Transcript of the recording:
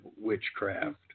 witchcraft